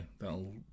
that'll